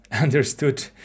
understood